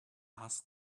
ask